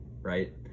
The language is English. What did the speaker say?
right